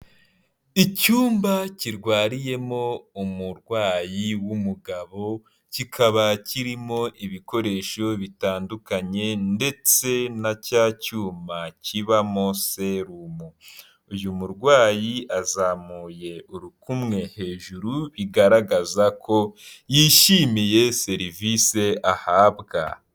Icyumba kirwariyemo umurwayi w'umugabo kikaba kirimo ibikoresho bitandukanye ndetse na cya cyuma kibamo serumu. Uyu murwayi azamuye urukumwe hejuru bigaragaza ko yishimiye serivisi ahabwa.